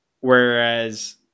Whereas